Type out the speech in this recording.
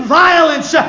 violence